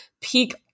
peak